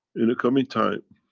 in the coming time,